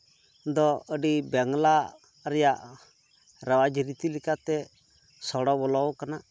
ᱫᱚ ᱟᱹᱰᱤ ᱵᱟᱝᱞᱟ ᱨᱮᱭᱟᱜ ᱨᱟᱡ ᱨᱤᱛᱤ ᱞᱮᱠᱟᱛᱮ ᱥᱚᱲᱚ ᱵᱚᱞᱚᱣᱟᱠᱟᱱᱟ